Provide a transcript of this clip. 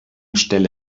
stelle